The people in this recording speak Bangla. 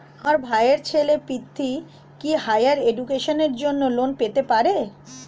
আমার ভাইয়ের ছেলে পৃথ্বী, কি হাইয়ার এডুকেশনের জন্য লোন পেতে পারে?